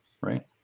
Right